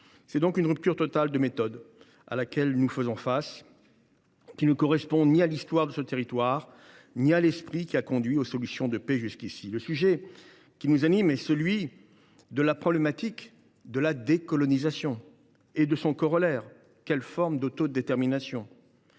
C’est donc une rupture totale de méthode à laquelle nous faisons face ; cela ne correspond ni à l’histoire de ce territoire ni à l’esprit qui a conduit jusqu’ici aux solutions de paix. Le sujet qui nous anime est celui de la décolonisation et son corollaire : quelle forme d’autodétermination ?